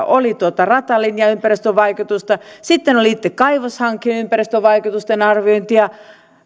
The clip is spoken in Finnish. oli ratalinjan ympäristövaikutusta sitten oli itse kaivoshankkeen ympäristövaikutusten arviointia